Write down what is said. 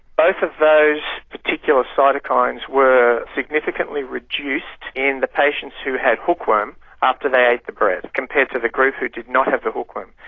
both of those particular cytokines were significantly reduced in the patients who had hookworm after they ate the bread compared to the group who did not have the hookworm.